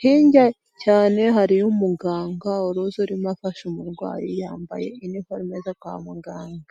hirya cyane hariyo umuganga wahoze urimo afasha umurwayi yambaye iniforume zo kwa muganga.